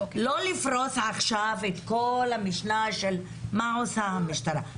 לא לפרוס עכשיו את כל המשנה של מה עושה המשטרה.